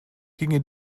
ginge